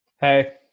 Hey